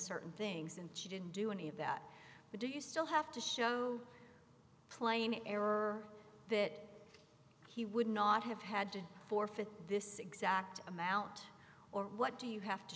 certain things and she didn't do any of that but do you still have to show plain error that he would not have had to forfeit this exact amount or what do you have to